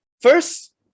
First